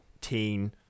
teen